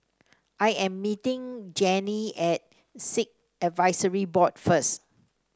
I am meeting Janey at Sikh Advisory Board first